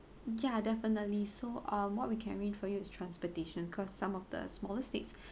ya definitely so um what we can arrange for you is transportation cause some of the smaller states